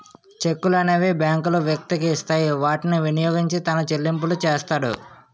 చెక్కులనేవి బ్యాంకులు వ్యక్తికి ఇస్తాయి వాటిని వినియోగించి తన చెల్లింపులు చేస్తాడు